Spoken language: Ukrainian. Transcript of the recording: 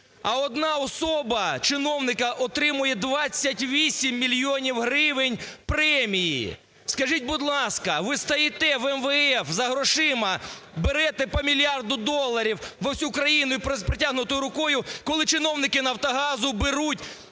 а одна особа чиновника отримує 28 мільйонів гривень премії? Скажіть, будь ласка, ви стаєте в МВФ за грошима, берете по мільярду доларів, ви всю країну із протягнутою рукою, коли чиновники "Нафтогазу" беруть